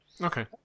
Okay